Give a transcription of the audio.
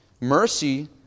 mercy